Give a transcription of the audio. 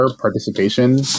participation